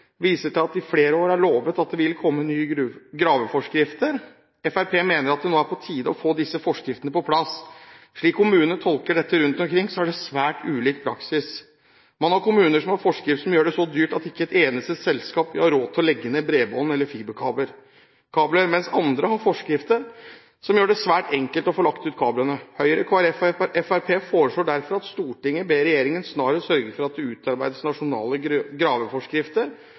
viser til at det i flere år har vært lovet at det vil komme nye graveforskrifter. Fremskrittspartiet mener at det nå er på tide å få disse forskriftene på plass. Slik kommunene rundt omkring tolker dette, fører det til svært ulik praksis. Man har kommuner som har forskrifter som gjør det så dyrt at ikke et eneste selskap har råd til å legge bredbånd eller fiberkabler, mens andre har forskrifter som gjør det svært enkelt å få lagt ut kablene. Høyre, Kristelig Folkeparti og Fremskrittspartiet foreslår derfor: «Stortinget ber regjeringen snarest sørge for at det utarbeides nasjonale graveforskrifter